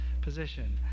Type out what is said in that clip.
position